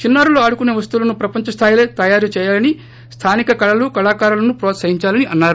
చిన్నారులు ఆడుకునే వస్తువులను ప్రపంచస్లాయిలో తయారు చేయాలని స్థానిక కళలు కళాకారులను ప్రోత్సహించాలన్నారు